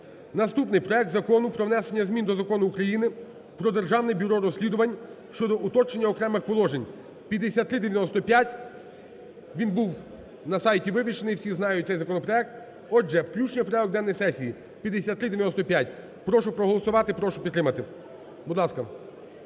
Наступний проект Закону про внесення змін до Закону України "Про Державне бюро розслідувань" щодо уточнення окремих положень 5395. Він був на сайті вивішений, всі знають цей законопроект. Отже, включення в порядок денний сесії 5395. Прошу проголосувати, прошу підтримати, будь ласка.